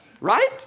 Right